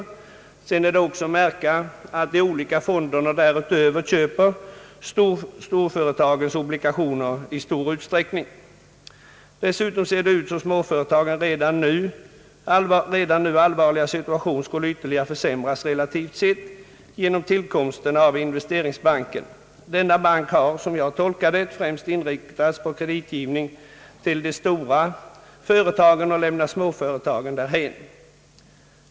Därtill är att märka att de olika fonderna köper storföretagens obligationer i stor utsträckning. Dessutom ser det ut som om småföretagens redan nu allvarliga situation skulle försämras ytterligare, relativt sett, genom tillkomsten av investeringsbanken. Denna bank har, som jag tolkar det, främst inriktats på kreditgivning till de stora företagen och lämnat småföretagen därhän.